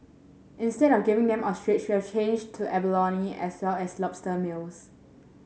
instead of giving them ostrich we have changed to abalone as well as lobster meals